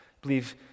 believe